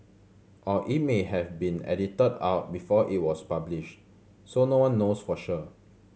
or it may have been edited out before it was published so no one knows for sure